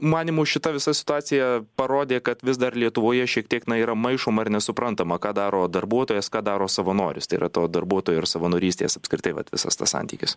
manymu šita visa situacija parodė kad vis dar lietuvoje šiek tiek na yra maišoma ir nesuprantama ką daro darbuotojas ką daro savanoris tai yra to darbuotojo ir savanorystės apskritai vat visas tas santykis